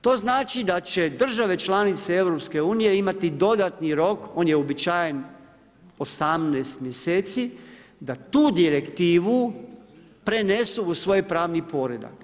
To znači da će države članice EU imati dodatni rok, on je uobičajen 18 mjeseci da tu direktivu prenesu u svoj pravni poredak.